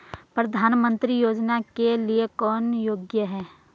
प्रधानमंत्री योजना के लिए कौन योग्य है?